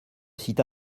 site